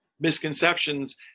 misconceptions